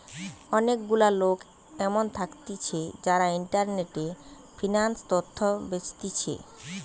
অনেক গুলা লোক এমন থাকতিছে যারা ইন্টারনেটে ফিন্যান্স তথ্য বেচতিছে